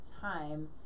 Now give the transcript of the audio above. time